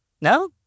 No